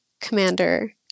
commander